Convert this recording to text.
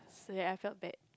so ya I felt bad